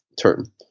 term